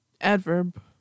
Adverb